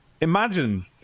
imagine